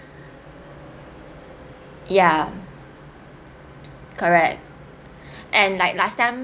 ya correct and like last time